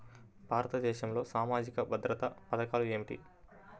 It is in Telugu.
భారతదేశంలో సామాజిక భద్రతా పథకాలు ఏమిటీ?